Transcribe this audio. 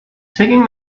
taking